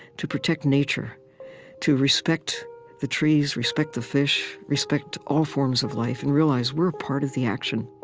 to protect nature to respect the trees, respect the fish, respect all forms of life, and realize, we're part of the action